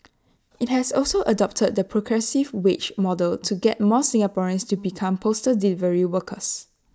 IT has also adopted the progressive wage model to get more Singaporeans to become postal delivery workers